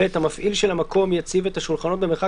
המפעיל של המקום יציב את השולחנות במרחק